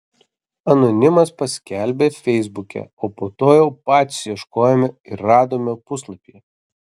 anonimas paskelbė feisbuke o po to jau patys ieškojome ir radome puslapyje